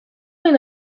این